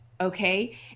Okay